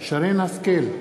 שרן השכל,